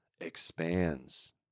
expands